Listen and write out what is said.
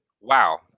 Wow